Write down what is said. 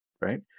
right